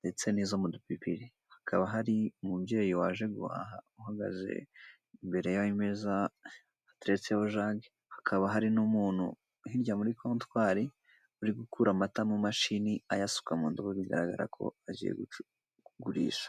ndetse n'izo mu dupipiri. Hakaba hari umubyeyi waje guhaha uhagaze imbere y'ayo meza hateretseho jage, hakaba hari n'umuntu hirya muri kontwari uri gukura amata mu mashini ayasuka mu ndobo bigaragara ko aje kugurisha.